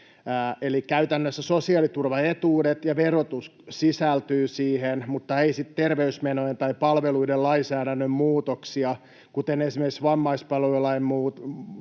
käytännössä sosiaaliturvaetuudet ja verotus sisältyvät siihen mutta ei sitten terveysmenojen tai palveluiden lainsäädännön muutoksia, kuten esimerkiksi vammaispalvelulain vaikutus,